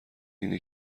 این